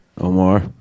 Omar